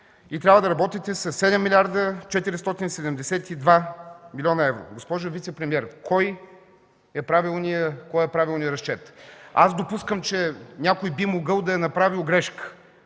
Трябва да работите със 7 млрд. 472 млн. евро. Госпожо вицепремиер, кой е правилният разчет? Допускам, че някой би могъл да е направил грешка.